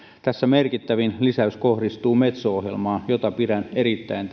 tässä merkittävin lisäys kohdistuu metso ohjelmaan jota pidän erittäin